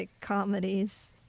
comedies